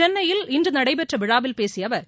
சென்னையில் இன்று நடைபெற்ற விழாவில் பேசிய அவர்